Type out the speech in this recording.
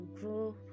grow